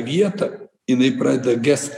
vietą jinai pradeda gest